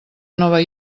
nova